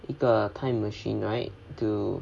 一个 time machine right to